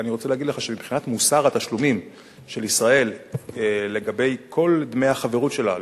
מבחינת מוסר התשלומים של ישראל לגבי כל דמי החברות שלה,